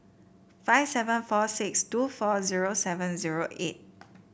five seven four six two four zero seven zero eight